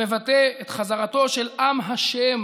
המבטא את חזרתו של עם ה'